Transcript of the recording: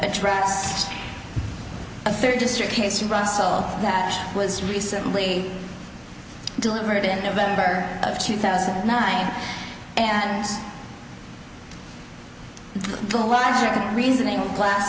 attracts a third district case russell nash was recently delivered in november of two thousand and nine and the lack of reasoning plas